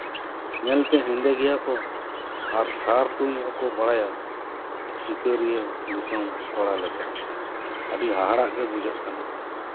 ᱧᱮᱞᱛᱮ ᱦᱮᱸᱫᱮ ᱜᱮᱭᱟ ᱠᱚ ᱟᱨ ᱥᱟᱨ ᱛᱩᱧ ᱦᱚᱸᱠᱚ ᱵᱟᱲᱟᱭᱟ ᱥᱤᱠᱟᱹᱨᱤᱭᱟᱹ ᱫᱤᱥᱚᱢ ᱠᱚᱲᱟ ᱞᱮᱠᱟ ᱟᱹᱰᱤ ᱦᱟᱦᱟᱲᱟᱜ ᱜᱮ ᱵᱩᱡᱷᱟᱹᱜ ᱠᱟᱱᱟ